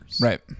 Right